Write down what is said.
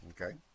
Okay